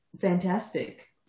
Fantastic